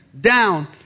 down